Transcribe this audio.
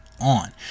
on